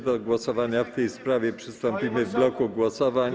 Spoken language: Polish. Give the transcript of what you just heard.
Do głosowania w tej sprawie przystąpimy w bloku głosowań.